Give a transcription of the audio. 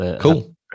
Cool